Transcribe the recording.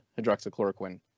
hydroxychloroquine